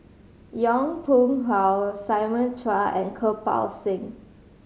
Yong Pung How Simon Chua and Kirpal Singh